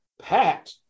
pat